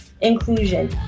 inclusion